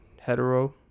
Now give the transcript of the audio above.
hetero